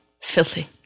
Filthy